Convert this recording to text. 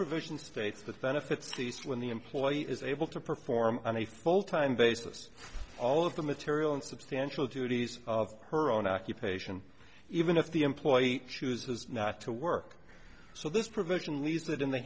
provisions faced with benefits ceased when the employee is able to perform on a full time basis all of the material and substantial duties of her own occupation even if the employee chooses not to work so this provision leaves that in the